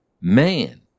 man